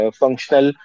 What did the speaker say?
functional